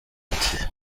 afite